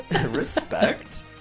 Respect